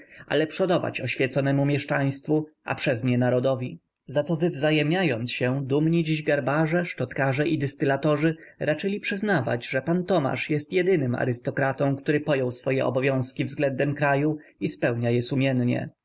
ale przodować oświeconemu mieszczaństwu a przez nie narodowi za co wywzajemniając się dumni dziś garbarze szczotkarze i dystylatorzy raczyli przyznawać że pan tomasz jest jedynym arystokratą który pojął swoje obowiązki względem kraju i spełnia je sumiennie